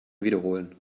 wiederholen